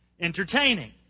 entertaining